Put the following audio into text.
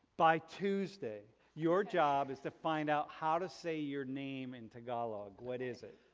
by tuesday your job is to find out how to say your name in tagalog. what is it.